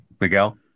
Miguel